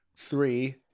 Three